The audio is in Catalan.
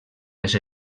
les